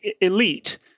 elite